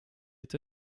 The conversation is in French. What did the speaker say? est